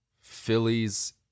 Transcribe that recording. Phillies